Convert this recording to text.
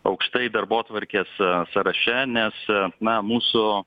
aukštai darbotvarkės sąraše nes na mūsų